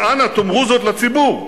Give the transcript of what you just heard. אז אנא, תאמרו זאת לציבור.